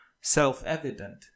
self-evident